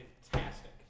fantastic